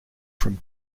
from